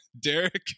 Derek